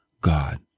God